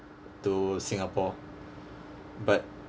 to singapore but